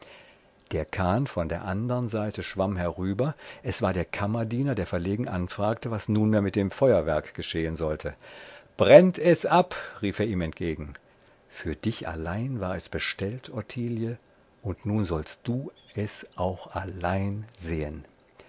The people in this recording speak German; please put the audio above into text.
der kahn von der andern seite schwamm herüber es war der kammerdiener der verlegen anfragte was nunmehr mit dem feuerwerk werden sollte brennt es ab rief er ihm entgegen für dich allein war es bestellt ottilie und nun sollst du es auch allein sehen